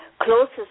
closest